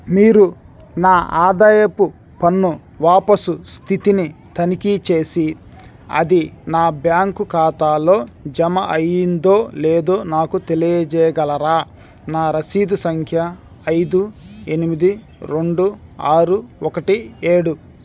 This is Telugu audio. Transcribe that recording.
మీరు నా ఆదాయపు పన్ను వాపసు స్థితిని తనిఖీ చేసి అది నా బ్యాంకు ఖాతాలో జమ అయిందో లేదో నాకు తెలియజేయగలరా నా రసీదు సంఖ్య ఐదు ఎనిమిది రెండు ఆరు ఒకటి ఏడు